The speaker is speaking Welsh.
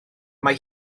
mai